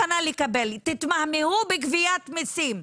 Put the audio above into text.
תתמהמהו בגביית מסים,